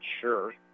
sure